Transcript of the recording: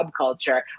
subculture